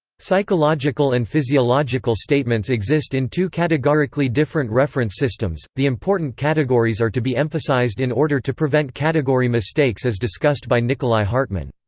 psychological and physiological statements exist in two categorically different reference systems the important categories are to be emphasised in order to prevent category mistakes as discussed by nicolai hartmann.